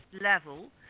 level